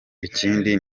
ikindi